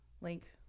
link